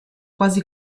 quasi